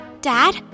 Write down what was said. Dad